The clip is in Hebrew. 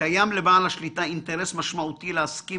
קיים לבעל השליטה אינטרס משמעותי להסכים